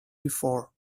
before